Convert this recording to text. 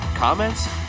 comments